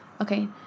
Okay